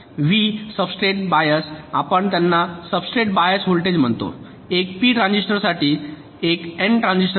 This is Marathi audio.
व्ही सबस्ट्रेट बायस आपण त्यांना सबस्ट्रेट बायस व्होल्टेज म्हणतो एक पी ट्रान्झिस्टरसाठी एक एन ट्रान्झिस्टरसाठी